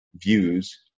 views